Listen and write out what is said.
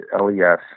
L-E-S